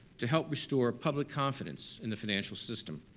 to help restore public confidence in the financial system.